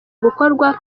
gukorwa